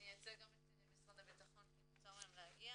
ואייצג גם את משרד הביטחון כי נבצר מהם להגיע.